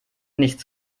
nicht